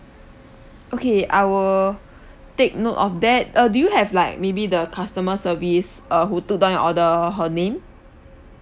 okay I will take note of that uh do you have like maybe the customer service uh who took down your order her name